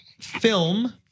film